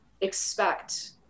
expect